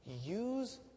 use